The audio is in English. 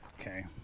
Okay